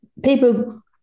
People